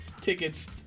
tickets